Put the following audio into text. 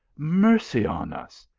mercy on us!